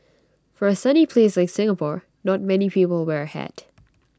for A sunny place like Singapore not many people wear A hat